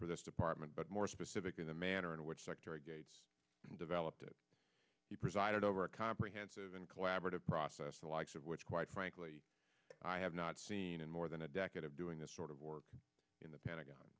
for this department but more specifically the manner in which secretary gates developed he presided over a comprehensive and collaborative process the likes of which quite frankly i have not seen in more than a decade of doing this sort of work in the pentagon